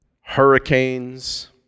hurricanes